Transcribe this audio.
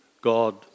God